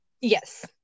Yes